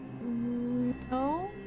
No